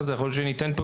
מה זה מחייב?